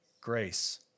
Grace